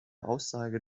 aussage